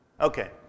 Okay